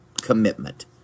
commitment